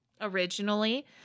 originally